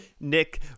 Nick